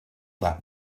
that